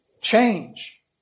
change